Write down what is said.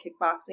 kickboxing